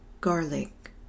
garlic